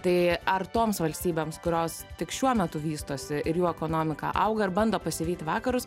tai ar toms valstybėms kurios tik šiuo metu vystosi ir jų ekonomika auga ir bando pasivyti vakarus